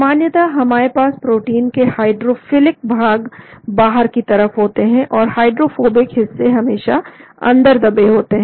सामान्यतः हमारे पास प्रोटीन के हाइड्रोफिलिक भाग बाहर की तरफ होते हैं और हाइड्रोफोबिक हिस्से हमेशा अंदर दबे होते हैं